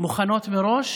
מוכנות מראש